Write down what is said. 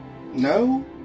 No